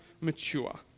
mature